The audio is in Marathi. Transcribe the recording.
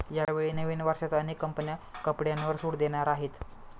यावेळी नवीन वर्षात अनेक कंपन्या कपड्यांवर सूट देणार आहेत